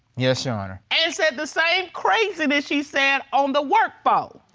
yes, your honor. and said the same craziness she said on the work phone.